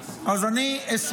אני אשמח --- אז אני אשמח.